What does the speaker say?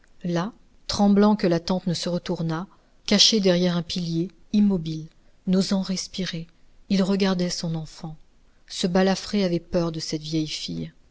là tremblant que la tante ne se retournât caché derrière un pilier immobile n'osant respirer il regardait son enfant ce balafré avait peur de cette vieille fille